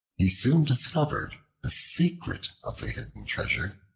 he soon discovered the secret of the hidden treasure,